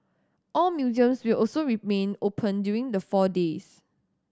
all museums will also remain open during the four days